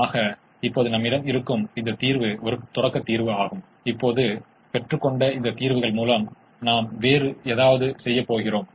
எனவே இப்போது முதன்முறையாக முதன்மை மற்றும் இரட்டை ஆகியவற்றின் உகந்த தீர்வுகளை தொடர்புபடுத்த முயற்சிக்கிறோம்